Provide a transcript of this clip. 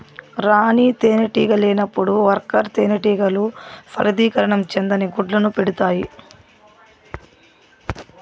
రాణి తేనెటీగ లేనప్పుడు వర్కర్ తేనెటీగలు ఫలదీకరణం చెందని గుడ్లను పెడుతాయి